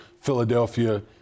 Philadelphia